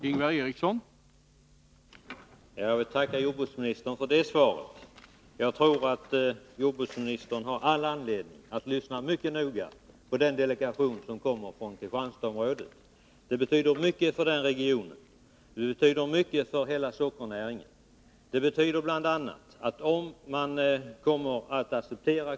Herr talman! Jag vill tacka jordbruksministern för den upplysningen. Jag tror att jordbruksministern har all anledning att lyssna mycket noga på den delegation som kommer från Kristianstadsområdet. Det betyder mycket för den regionen och för hela sockernäringen om kommitténs förslag kommer att accepteras.